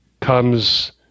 comes